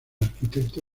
arquitecto